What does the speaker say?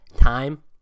Time